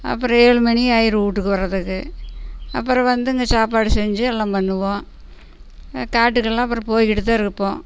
அப்புறம் ஏழு மணி ஆயிரும் வீட்டுக்கு வர்றதுக்கு அப்புறம் வந்து இங்கே சாப்பாடு செஞ்சு எல்லாம் பண்ணுவோம் காட்டுக்குல்லாம் அப்புறம் போய்க்கிட்டு தான் இருப்போம்